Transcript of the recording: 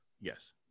Yes